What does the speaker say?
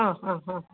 ആ ആ ആ